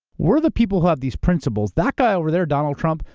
we're the people who have these principles. that guy over there, donald trump,